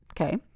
okay